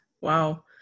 Wow